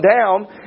down